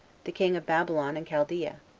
the king of babylon and chaldea.